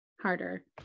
harder